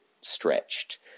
stretched